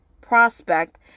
prospect